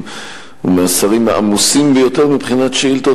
הוא מהשרים העמוסים ביותר מבחינת שאילתות,